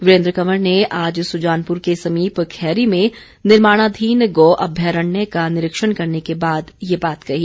वीरेन्द्र कवर ने आज सुजानपुर के समीप खैरी में निर्माणाधीन गौ अभ्यारण्य का निरीक्षण करने के बाद ये बात कही